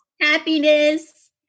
happiness